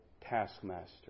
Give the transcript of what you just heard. taskmaster